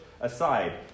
aside